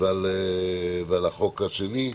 ועל החוק השני,